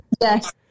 Yes